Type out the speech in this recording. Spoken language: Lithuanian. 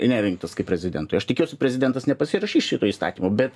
nerinktas kaip prezidentui aš tikiuosi prezidentas nepasirašys šito įstatymo bet